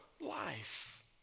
life